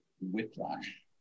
whiplash